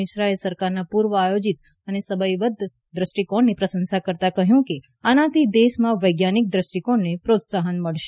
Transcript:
મિશ્રાએ સરકારના પૂર્વ આયોજીત અને સમયબદ્ધ દ્રષ્ટિકોણની પ્રશંસા કરતાં કહ્યું કે આનાથી દેશમાં વૈજ્ઞાનિક દ્રષ્ટિકોણને પ્રોત્સાહન મળશે